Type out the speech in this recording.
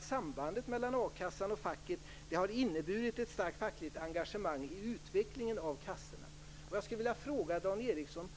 Sambandet mellan a-kassan och facket har också inneburit ett starkt fackligt engagemang när det gäller utvecklingen av kassorna. Jag skulle vilja fråga Dan Ericsson: